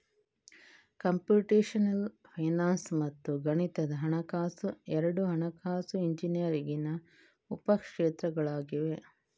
computational finance ಮತ್ತು ಗಣಿತದ ಹಣಕಾಸು ಎರಡೂ ಹಣಕಾಸು ಇಂಜಿನಿಯರಿಂಗಿನ ಉಪ ಕ್ಷೇತ್ರಗಳಾಗಿವೆ